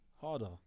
harder